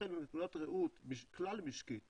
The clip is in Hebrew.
לכן מנקודת ראות כלל משקית